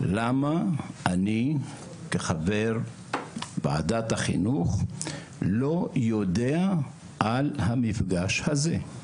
למה אני כחבר ועדת החינוך לא יודע על המפגש הזה?